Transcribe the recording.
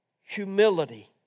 humility